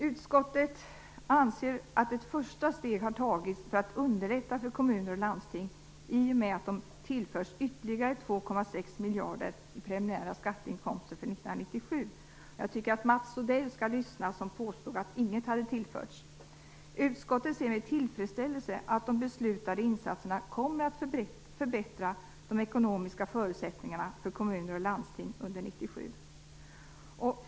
Utskottet anser att ett första steg har tagits för att underlätta för kommuner och landsting i och med att de tillförs ytterligare 2,6 miljarder i preliminära skatteinkomster för 1997. Jag tycker att Mats Odell, som påstod att inget hade tillförts, skall lyssna på detta. Utskottet ser med tillfredsställelse att de beslutade insatserna kommer att förbättra de ekonomiska förutsättningarna för kommuner och landsting under 1997.